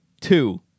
Two